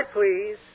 please